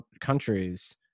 countries